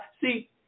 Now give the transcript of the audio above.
see